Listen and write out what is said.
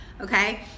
okay